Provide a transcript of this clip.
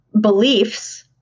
beliefs